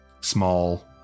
small